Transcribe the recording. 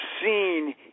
seen